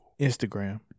Instagram